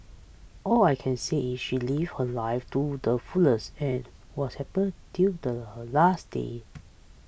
all I can say is she lived her life too the fullest and was happy till the her last day